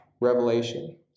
Revelation